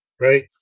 right